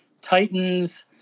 Titans